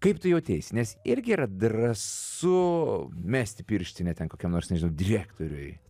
kaip tu jauteisi nes irgi yra drąsu mesti pirštinę ten kokiam nors nežinau direktoriui